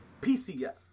PCF